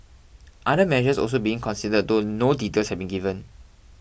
other measures are also being considered though no details have been given